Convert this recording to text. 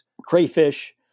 crayfish